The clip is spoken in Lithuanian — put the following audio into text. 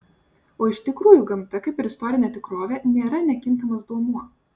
o iš tikrųjų gamta kaip ir istorinė tikrovė nėra nekintamas duomuo